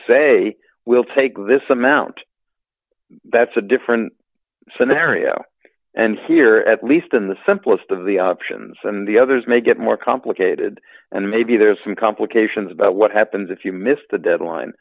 say we'll take this amount that's a different scenario and here at least in the simplest of the options and the others may get more complicated and maybe there's some complications about what happens if you missed the deadline